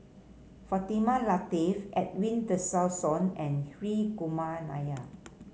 Fatimah Lateef Edwin Tessensohn and Hri Kumar Nair